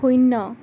শূন্য